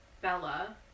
Bella